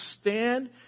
stand